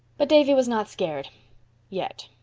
but davy was not scared yet.